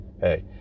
hey